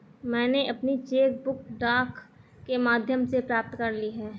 मैनें अपनी cheque book डाक के माध्यम से प्राप्त कर ली है